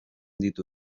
ditu